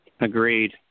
Agreed